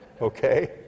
okay